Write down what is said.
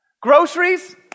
Groceries